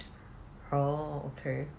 oh okay